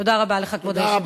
תודה רבה לך, כבוד היושב-ראש.